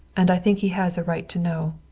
and i think he has a right to know.